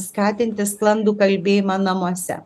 skatinti sklandų kalbėjimą namuose